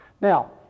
Now